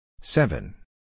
Seven